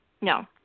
no